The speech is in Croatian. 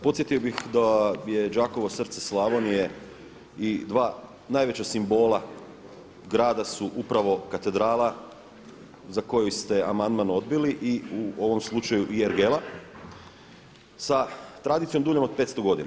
Podsjetio bih da je Đakovo srce Slavonije i dva najveća simbola grada su upravo katedrala za koju ste amandman odbili i u ovom slučaju i ergela sa tradicijom duljom od 500 godina.